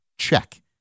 Check